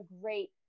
great